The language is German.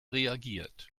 reagiert